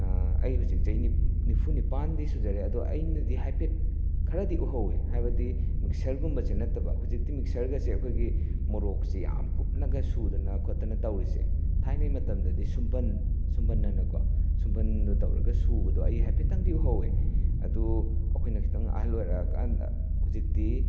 ꯑꯩ ꯍꯧꯖꯤꯛ ꯆꯍꯤ ꯅꯤꯐꯨꯅꯤꯄꯥꯟꯗꯤ ꯁꯨꯖꯔꯦ ꯑꯗꯣ ꯑꯩꯅꯗꯤ ꯍꯥꯏꯐꯦꯠ ꯈꯔꯗꯤ ꯎꯍꯧꯋꯦ ꯍꯥꯏꯕꯗꯤ ꯃꯤꯛꯁꯔꯒꯨꯝꯕꯁꯦ ꯅꯠꯇꯕ ꯍꯧꯖꯤꯛꯇꯤ ꯃꯤꯛꯁꯔꯀꯁꯦ ꯑꯩꯈꯣꯏꯒꯤ ꯃꯣꯔꯣꯛꯁꯤ ꯌꯥꯝ ꯀꯨꯞꯅꯒ ꯁꯨꯗꯅ ꯈꯣꯠꯇꯅ ꯇꯧꯔꯤꯁꯦ ꯊꯥꯏꯅꯩ ꯃꯇꯝꯗꯗꯤ ꯁꯨꯝꯕꯟ ꯁꯨꯝꯕꯟꯑꯅꯀꯣ ꯁꯨꯝꯕꯟꯗ ꯇꯧꯔꯒ ꯁꯨꯕꯗꯣ ꯑꯩ ꯍꯥꯏꯐꯦꯠꯇꯪꯗꯤ ꯎꯍꯧꯋꯦ ꯑꯗꯨ ꯑꯩꯈꯣꯏꯅ ꯈꯤꯇꯪ ꯑꯍꯟ ꯑꯣꯏꯔꯛꯑꯀꯥꯟꯗ ꯍꯧꯖꯤꯛꯇꯤ